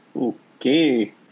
Okay